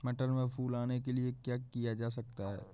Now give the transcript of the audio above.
मटर में फूल आने के लिए क्या किया जा सकता है?